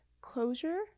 closure